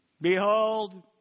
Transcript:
Behold